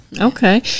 Okay